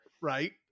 Right